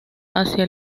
hacia